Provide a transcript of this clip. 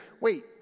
wait